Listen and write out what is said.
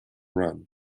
run